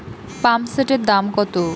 পাম্পসেটের দাম কত?